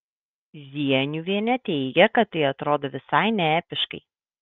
zieniuvienė teigia kad tai atrodo visai neepiškai